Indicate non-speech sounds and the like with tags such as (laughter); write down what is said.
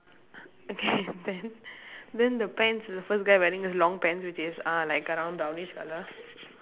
okay (laughs) then then the pants the first guy wearing long pants which is uh like around brownish colour